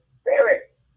spirit